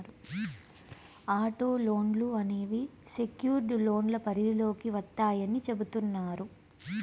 auto లోన్లు అనేవి secured లోన్ల పరిధిలోకి వత్తాయని చెబుతున్నారు